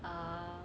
err